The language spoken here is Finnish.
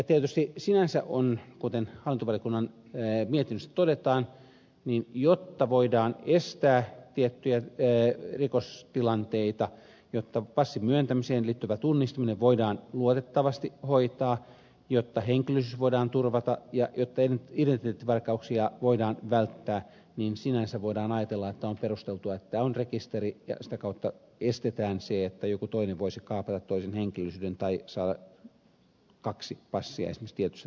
tietysti sinänsä on niin kuten hallintovaliokunnan mietinnössä todetaan että jotta voidaan estää tiettyjä rikostilanteita jotta passin myöntämiseen liittyvä tunnistaminen voidaan luotettavasti hoitaa jotta henkilöllisyys voidaan turvata ja jotta identiteettivarkauksia voidaan välttää niin sinänsä voidaan ajatella että on perusteltua että on rekisteri ja sitä kautta estetään se että joku toinen voisi kaapata toisen henkilöllisyyden tai saada kaksi passia esimerkiksi tietyssä tilanteessa